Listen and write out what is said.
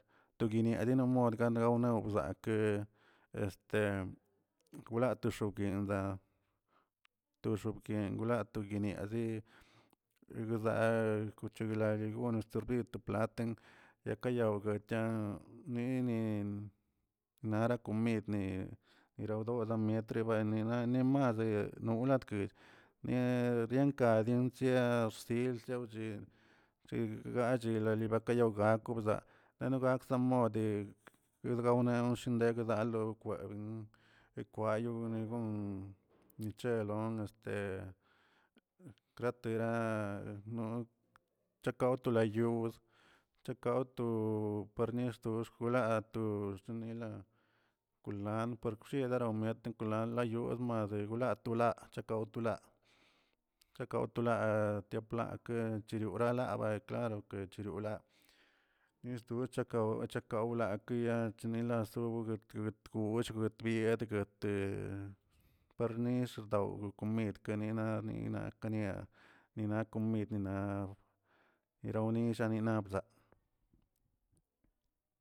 Toguiniaꞌ demodga gawna bzake este wlatoxoguenlaa to xobglen wla togueniazin gda gucheglagui gone serbid to platen lakayaw chenga ninin nara komid ni- nirawda dodamiet buenni na nimazə wlatgued nie diendka chia xsil xchiawche chegache lalibakayawgat bzaa bakza mode guelgawne shindeg alokwebingə ekwayo bnegon nichelon este kratera ni chekawteloyugs chekawto parnixdogulato xchinila kilandr pakxielera miete kolandr gayoz mase gula tolaa gaw tolaa chegawtolaa choplaa ke cheriorala eklaro ke chiriu nirchutakaw kawla keyaa nilasubgge tgull bitgui edgate parnix xdaw komid kenani- nina kania nina komide naꞌ yirawnillaani naꞌbzaa.